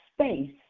space